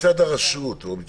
מצד הרשות או מצד ראש הרשות.